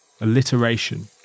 alliteration